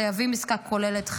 חייבים עסקה כוללת,